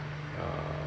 uh